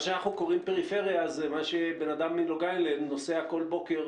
מה שאנחנו קוראים פריפריה זה מה שבן אדם מלונג איילנד נוסע כל בוקר